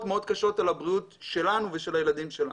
מאוד קשות על הבריאות שלנו ושל הילדים שלנו.